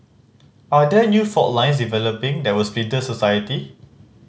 are there new fault lines developing that will splinter society